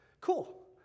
cool